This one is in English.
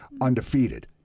undefeated